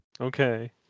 okay